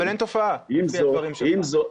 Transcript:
אבל אין תופעה לפי הדברים שלך.